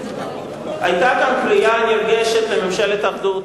היתה כאן קריאה נרגשת לממשלת אחדות,